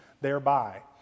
thereby